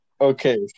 Okay